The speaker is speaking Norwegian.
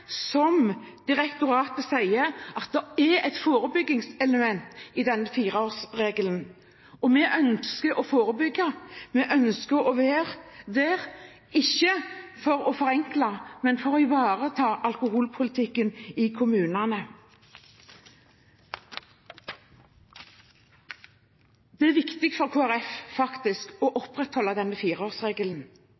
som direktoratet sier, at det er et forebyggingselement i fireårsregelen. Og vi ønsker å forebygge, vi ønsker å være der, ikke for å forenkle, men for å ivareta alkoholpolitikken i kommunene. Det er viktig for Kristelig Folkeparti faktisk å opprettholde denne fireårsregelen.